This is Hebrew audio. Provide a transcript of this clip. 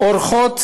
עורכות